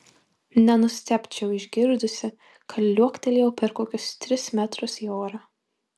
nenustebčiau išgirdusi kad liuoktelėjau per kokius tris metrus į orą